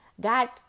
God